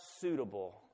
suitable